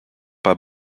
pas